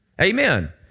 Amen